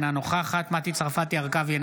אינה נוכחת מטי צרפתי הרכבי,